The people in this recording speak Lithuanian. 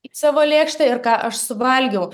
į savo lėkštę ir ką aš suvalgiau